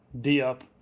D-up